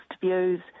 views